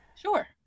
Sure